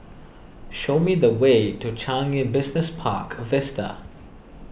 show me the way to Changi Business Park Vista